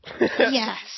Yes